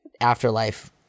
afterlife